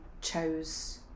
chose